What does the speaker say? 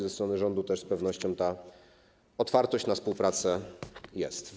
Ze strony rządu też z pewnością ta otwartość na współpracę jest.